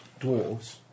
dwarves